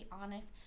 honest